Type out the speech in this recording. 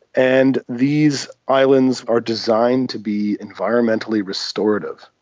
and these islands are designed to be environmentally restorative.